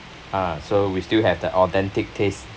uh so we still have the authentic taste